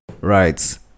Right